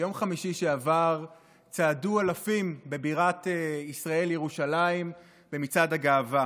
ביום חמישי שעבר צעדו אלפים בבירת ישראל ירושלים במצעד הגאווה.